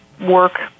Work